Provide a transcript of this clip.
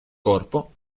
corpo